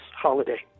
holiday